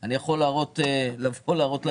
אני יכול להראות ליושב-ראש,